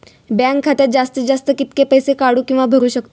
Bank खात्यात जास्तीत जास्त कितके पैसे काढू किव्हा भरू शकतो?